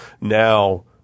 Now